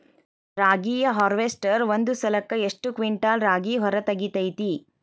ರಾಗಿಯ ಹಾರ್ವೇಸ್ಟರ್ ಒಂದ್ ಸಲಕ್ಕ ಎಷ್ಟ್ ಕ್ವಿಂಟಾಲ್ ರಾಗಿ ಹೊರ ತೆಗಿತೈತಿ?